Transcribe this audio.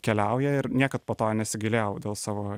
keliauja ir niekad po to nesigailėjau dėl savo